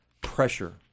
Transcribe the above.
pressure